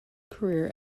career